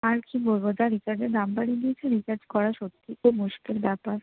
আর কী বলবো যা রিচার্জের দাম বাড়িয়ে দিয়েছে রিচার্জ করা সত্যি খুব মুশকিল ব্যাপার